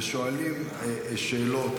ושואלים שאלות,